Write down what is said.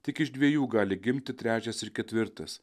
tik iš dviejų gali gimti trečias ir ketvirtas